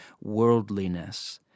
worldliness